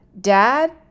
dad